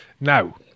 Now